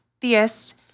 theist